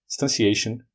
instantiation